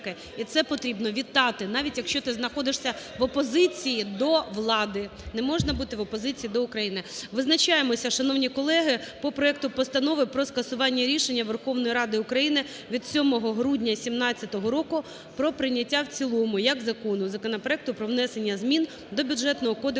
і це потрібно вітати. Навіть якщо ти знаходишся в опозиції до влади, не можна бути в опозиції до України. Визначаємося, шановні колеги, по проекту Постанови про скасування рішення Верховної Ради України від 7 грудня 2017 року про прийняття в цілому як закону законопроекту "Про внесення змін до Бюджетного кодексу